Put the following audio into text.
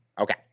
Okay